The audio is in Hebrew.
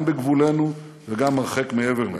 גם בגבולנו וגם הרחק מעבר להם.